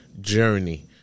journey